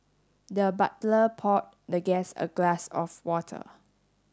the butler poured the guest a glass of water